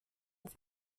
its